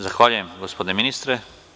Zahvaljujem gospodine ministre.